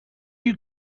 you